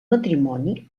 matrimoni